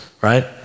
right